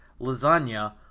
lasagna